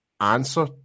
answer